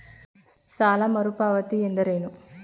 ಸಾಲ ಮರುಪಾವತಿ ಎಂದರೇನು?